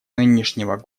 нынешнего